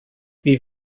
wie